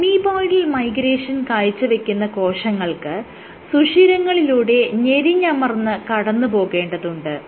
amoeboidal migration കാഴ്ചവെക്കുന്ന കോശങ്ങൾക്ക് സുഷിരങ്ങളിലൂടെ ഞെരിഞ്ഞമർന്ന് കടന്നുപോകേണ്ടതായിട്ടുണ്ട്